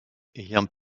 ayant